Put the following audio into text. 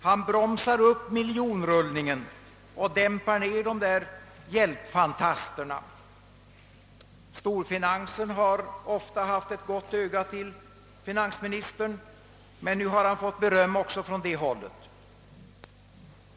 Han bromsar upp miljonrullningen och dämpar ner de där hjälpfantasterna.» Storfinansen har ofta haft ett gott öga till finansministern, men nu har han fått beröm också från det hållet.